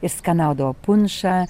ir skanaudavo punšą